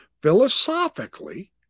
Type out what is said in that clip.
philosophically